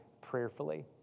prayerfully